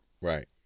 Right